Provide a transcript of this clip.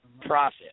profit